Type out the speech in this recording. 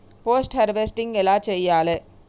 Post harvesting ఎలా చెయ్యాలే?